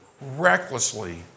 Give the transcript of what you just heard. recklessly